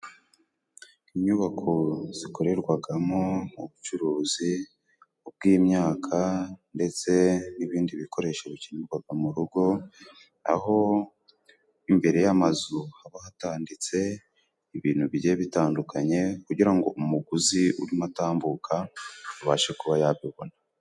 Inyubako zikorerwagamo ubucuruzi ubw'imyaka ndetse n'ibindi bikoresho bikenerwaga mu rugo, aho imbere y'amazu haba hatanditse ibintu bigiye bitandukanye, kugira ngo umuguzi urimo atambuka abashe kuba yabibona.